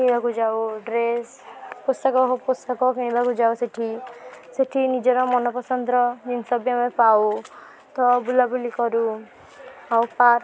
କିଣିବାକୁ ଯାଉ ଡ୍ରେସ୍ ପୋଷାକ ହ ପୋଷାକ କିଣିବାକୁ ଯାଉ ସେଠି ସେଠି ନିଜର ମନ ପସନ୍ଦର ଜିନଷ ବି ଆମେ ପାଉ ତ ବୁଲାବୁଲି କରୁ ଆଉ ପାର୍କ୍